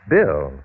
Bill